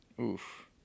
Oof